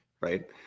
right